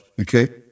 Okay